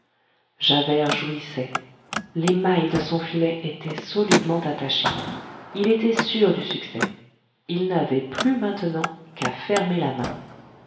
javert jouissait les mailles de son filet étaient solidement attachées il était sûr du succès il n'avait plus maintenant qu'à fermer la main